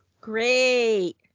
great